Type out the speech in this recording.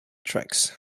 tracks